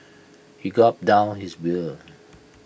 he gulped down his beer